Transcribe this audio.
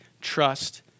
Trust